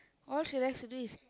all she like to is